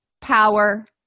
power